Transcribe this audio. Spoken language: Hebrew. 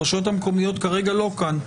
הרשויות המקומיות כרגע לא כאן,